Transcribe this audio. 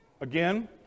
again